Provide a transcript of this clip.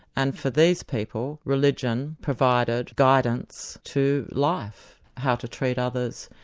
and for these people, religion provided guidance to life how to treat others,